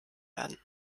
werden